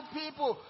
people